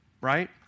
right